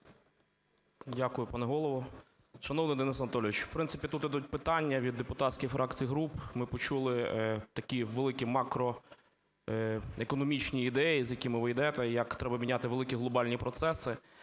Дякую, пане Голово. Шановний Денис Анатолійович, в принципі, тут ідуть питання від депутатських фракцій і груп. Ми почули такі великі макроекономічні ідеї, з якими ви йдете, як треба міняти великі глобальні процеси,